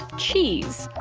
cheese.